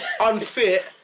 unfit